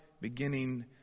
beginning